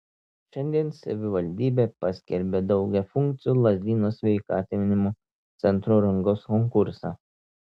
šiandien savivaldybė paskelbė daugiafunkcio lazdynų sveikatinimo centro rangos konkursą